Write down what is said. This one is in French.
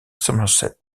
somerset